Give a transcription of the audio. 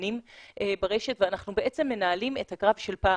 משפיענים ברשת ואנחנו בעצם מנהלים את הקרב של פעם.